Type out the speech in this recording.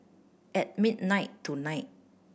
at midnight tonight